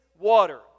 water